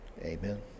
amen